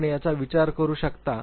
आपण याचा विचार करू शकता